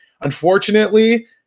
unfortunately